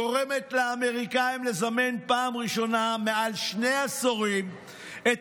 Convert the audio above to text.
גורמת לאמריקאים לזמן בפעם הראשונה זה שני עשורים את